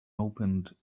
opened